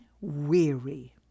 weary